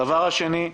דבר שני,